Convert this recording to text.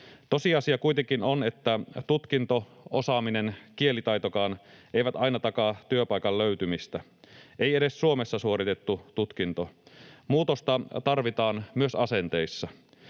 Tosiasia kuitenkin on, että tutkinto, osaaminen tai kielitaitokaan ei aina takaa työpaikan löytymistä, ei edes Suomessa suoritettu tutkinto. Muutosta tarvitaan myös asenteissa.